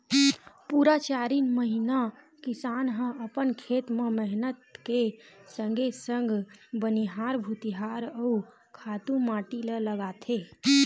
पुरा चारिन महिना किसान ह अपन खेत म मेहनत के संगे संग बनिहार भुतिहार अउ खातू माटी ल लगाथे